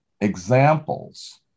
examples